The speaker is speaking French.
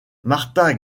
martha